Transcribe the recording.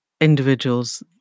individuals